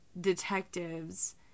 Detectives